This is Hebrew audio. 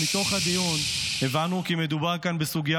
ומתוך הדיון הבנו כי מדובר כאן בסוגיה